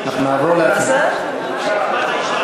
מעמד האישה.